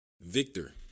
Victor